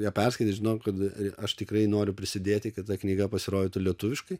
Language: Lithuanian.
ją perskaitęs žinojau kad aš tikrai noriu prisidėti kad ta knyga pasirodytų lietuviškai